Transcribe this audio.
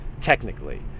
technically